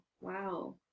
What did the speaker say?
wow